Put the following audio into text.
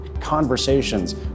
conversations